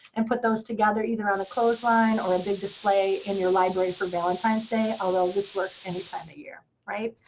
and put those together, either on a clothesline or a big display in your library for valentine's day. although, this works any time of year. right?